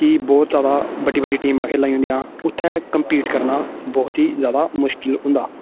कि बहुत ज्यादा बड्डी बड्डी टीमां खेल्लां होंदियां उत्थै कम्पीट करना बहुत ही जादा मुश्कल होंदा